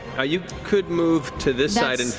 you could move to this side. and